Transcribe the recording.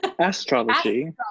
Astrology